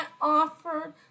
offered